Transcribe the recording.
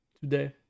today